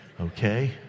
okay